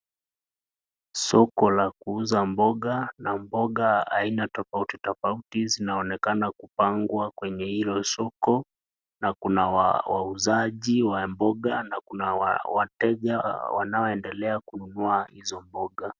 Soko la kuuza mboga, na mboga aina tofauti tofauti zinaonekana kupangwa kwenye hilo soko, na kuna wauzaji wa mboga na kuna wateja wanaoendelea kununua hizo mboga.